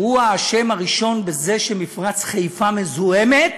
הוא האשם הראשון בזה שמפרץ חיפה מזוהם,